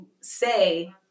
say